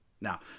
Now